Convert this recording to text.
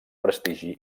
prestigi